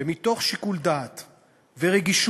ומתוך שיקול דעת ורגישות,